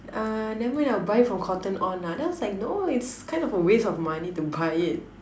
uh never mind I will buy it from Cotton-on lah then I was like no it's kind of a waste money to buy it